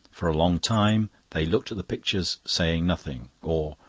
for a long time they looked at the pictures, saying nothing or,